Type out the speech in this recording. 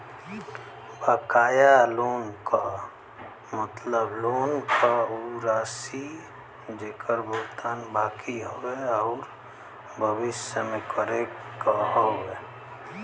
बकाया लोन क मतलब लोन क उ राशि जेकर भुगतान बाकि हउवे आउर भविष्य में करे क हउवे